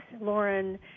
Lauren